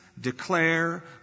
declare